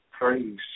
Praise